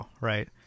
right